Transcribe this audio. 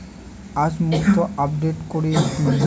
আজ মুক্তি আপডেট করে দিন